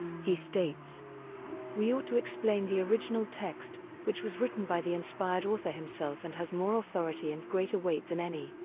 he states we ought to explain the original text, which was written by the inspired author himself and has more authority and greater weight than any,